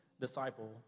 disciple